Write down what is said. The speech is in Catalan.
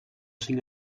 cinc